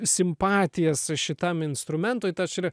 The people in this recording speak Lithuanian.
simpatijas šitam instrumentui tad ir